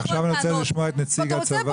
עכשיו אני רוצה לשמוע את נציג הצבא.